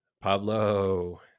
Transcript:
Pablo